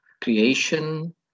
creation